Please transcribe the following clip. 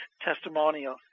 testimonial